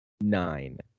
Nine